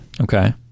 okay